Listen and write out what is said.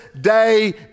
day